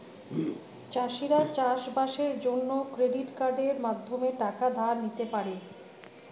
চাষিরা চাষবাসের জন্য ক্রেডিট কার্ডের মাধ্যমে টাকা ধার নিতে পারে